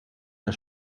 der